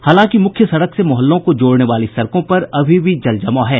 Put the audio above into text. हालांकि मुख्य सड़क से मोहल्लों को जोड़ने वाली सड़कों पर अभी भी जलजमाव है